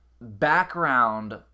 background